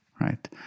right